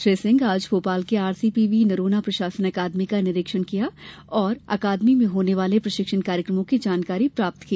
श्री सिंह आज भोपाल के आरसीव्हीपी नरोन्हा प्रशासन अकादमी का निरीक्षण किया और अकादमी में होने वाले प्रशिक्षण कार्यक्रमों की जानकारी प्राप्त की